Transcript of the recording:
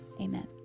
amen